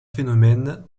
phénomènes